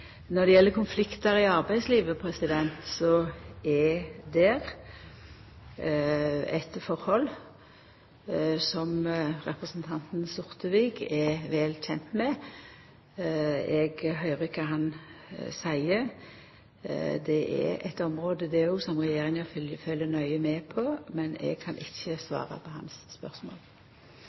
Når det gjeld konfliktar i arbeidslivet, er det eit forhold som representanten Sortevik er vel kjent med. Eg høyrer kva han seier. Det er òg eit område som regjeringa følgjer nøye med på. Men eg kan ikkje svara på spørsmålet hans.